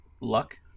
luck